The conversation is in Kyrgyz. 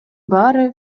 баары